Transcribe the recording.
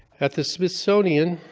at the smithsonian